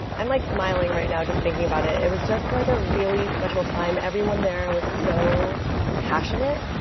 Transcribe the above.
i'm like smiling right now just thinking about it. it was just like a really special time. everyone there was so passionate.